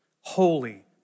holy